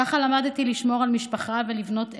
ככה למדתי לשמור על משפחה, לבנות אמון,